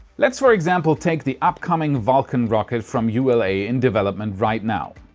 let's for example take the upcoming vulcan rocket from ula, in development right now.